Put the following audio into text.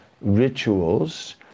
rituals